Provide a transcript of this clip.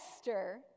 Esther